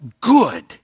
good